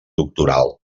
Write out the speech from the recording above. doctoral